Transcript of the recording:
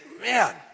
man